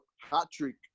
hat-trick